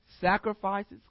sacrifices